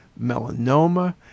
melanoma